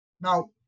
Now